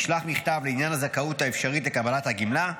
נשלח מכתב לעניין הזכאות האפשרית לקבלת הגמלה,